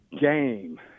game